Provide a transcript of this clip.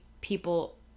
people